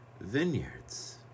vineyards